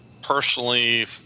personally